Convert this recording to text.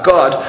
God